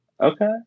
Okay